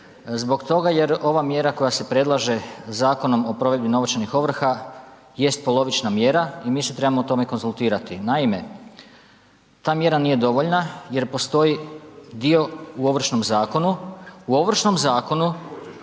zbog toga jer ova mjera koja se predlaže Zakonom o provedbi novčanih ovrha jest polovična mjera i mi se trebamo o tome konzultirati. Naime, ta mjera nije dovoljna jer postoji dio u Ovršnom zakonu, u Ovršnom zakonu